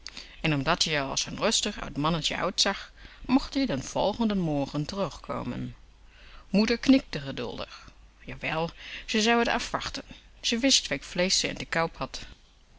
en omdat-ie r als n rustig oud mannetje uitzag mocht ie den volgenden morgen terugkomen moeder knikte geduldig jawel ze zou t afwachten ze wist welk vleesch ze in de kuip